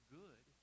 good